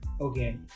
Okay